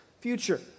future